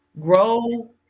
grow